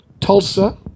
Tulsa